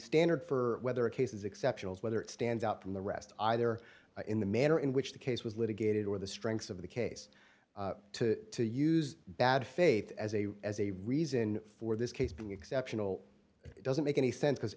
standard for whether a case is exceptional is whether it stands out from the rest either in the manner in which the case was litigated or the strength of the case to use bad faith as a as a reason for this case being exceptional it doesn't make any sense because